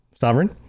Sovereign